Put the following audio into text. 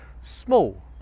small